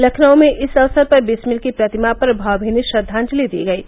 लखनऊ में इस अवसर पर बिस्मिल की प्रतिमा पर भावभीनी श्रद्धांजलि दी गयी